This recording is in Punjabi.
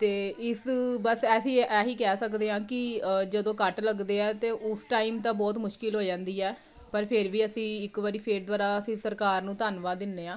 ਅਤੇ ਇਸ ਬਸ ਐਸੀ ਇਹੀ ਕਹਿ ਸਕਦੇ ਹਾਂ ਕਿ ਜਦੋਂ ਕੱਟ ਲੱਗਦੇ ਆ ਤਾਂ ਉਸ ਟਾਈਮ ਤਾਂ ਬਹੁਤ ਮੁਸ਼ਕਲ ਹੋ ਜਾਂਦੀ ਆ ਪਰ ਫਿਰ ਵੀ ਅਸੀਂ ਇੱਕ ਵਾਰੀ ਫੇਰ ਦੁਬਾਰਾ ਅਸੀਂ ਸਰਕਾਰ ਨੂੰ ਧੰਨਵਾਦ ਦਿੰਦੇ ਹਾਂ